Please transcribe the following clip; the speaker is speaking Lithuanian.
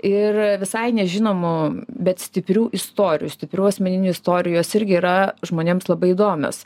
ir visai nežinomų bet stiprių istorijų stiprių asmeninių istorijų jos irgi yra žmonėms labai įdomios